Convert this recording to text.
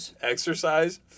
Exercise